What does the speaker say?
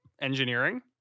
engineering